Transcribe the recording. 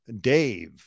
Dave